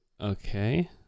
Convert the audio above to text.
okay